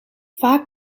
vaak